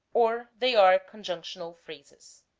or they are conjunctional phrases.